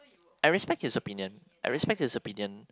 I respect his opinion I respect his opinion